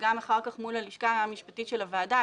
וגם אחר כך מול הלשכה המשפטית של הוועדה,